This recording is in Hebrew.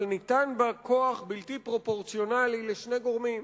אבל ניתן בה כוח בלתי פרופורציונלי לשני גורמים: